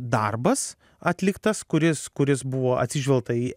darbas atliktas kuris kuris buvo atsižvelgta į